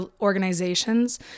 organizations